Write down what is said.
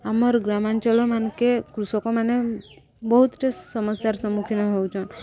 ଆମର ଗ୍ରାମାଞ୍ଚଳ ମାନ୍କେ କୃଷକମାନେ ବହୁତଟେ ସମସ୍ୟାର ସମ୍ମୁଖୀନ ହେଉଛନ୍